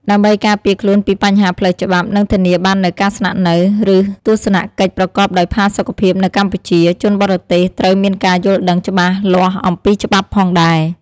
ដើម្បីការពារខ្លួនពីបញ្ហាផ្លូវច្បាប់ និងធានាបាននូវការស្នាក់នៅ ឬទស្សនកិច្ចប្រកបដោយផាសុកភាពនៅកម្ពុជា ជនបរទេសត្រូវមានការយល់ដឹងច្បាស់លាស់អំពីច្បាប់ផងដែរ។